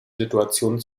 situation